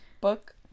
book